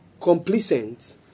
complacent